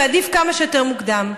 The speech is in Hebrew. ועדיף כמה שיותר מוקדם.